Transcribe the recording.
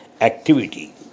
activity